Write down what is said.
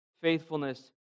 faithfulness